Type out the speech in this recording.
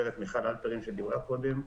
גברת מיכל הלפרין שדיברה קודם.